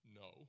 no